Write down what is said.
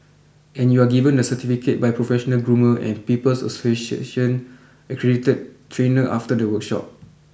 and you are given a certificate by professional groomer and People's Association accredited trainer after the workshop